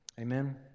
Amen